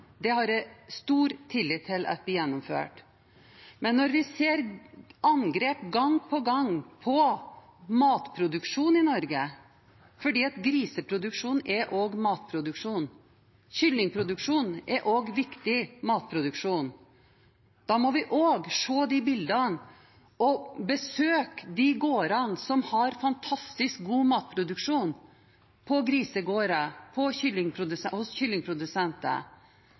Den har jeg stor tillit til at blir gjennomført. Men når vi gang på gang ser angrep på matproduksjonen i Norge – for griseproduksjon er også matproduksjon, kyllingproduksjon er også viktig matproduksjon – da må vi også se bildene av og besøke de grisegårdene og kyllingprodusentene som har fantastisk god matproduksjon.